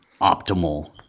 optimal